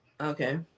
okay